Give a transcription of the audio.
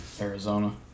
arizona